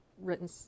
written